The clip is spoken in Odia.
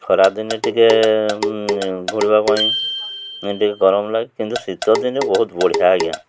ଖରାଦିନେ ଟିକେ ଘୁଡ଼ିବା ପାଇଁ ଟିକେ ଗରମ ଲାଗେ କିନ୍ତୁ ଶୀତ ଦିନେ ବହୁତ ବଢ଼ିଆ ଆଜ୍ଞା